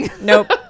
nope